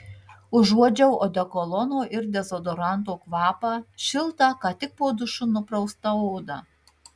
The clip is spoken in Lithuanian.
užuodžiau odekolono ir dezodoranto kvapą šiltą ką tik po dušu nupraustą odą